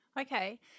Okay